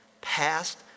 Past